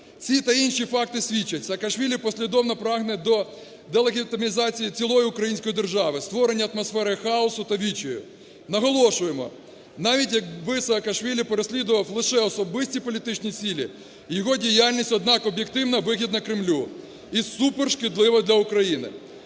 ці та інші факти свідчать, Саакашвілі послідовно прагне до делегітимізації цілої української держави, створення атмосфери хаосу та відчаю. Наголошуємо, навіть якби Саакашвілі переслідував лише особисті політичні цілі, його діяльність однак об'єктивно вигідна Кремлю і супершкідлива для України.